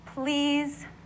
Please